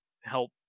help